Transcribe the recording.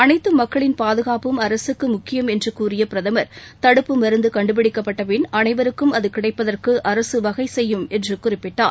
அனைத்து மக்களின் பாதுகாப்பும் அரசுக்கு முக்கியம் என்று கூறிய பிரதமர் தடுப்பு மருந்து கண்டுபிடிக்கப்பட்டபின் அனைவருக்கும் அது கிடைப்பதற்கு அரசு வகைசெய்யும் என்று குறிப்பிட்டார்